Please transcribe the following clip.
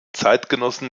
zeitgenossen